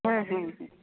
হ্যাঁ হ্যাঁ হ্যাঁ